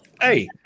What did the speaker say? Hey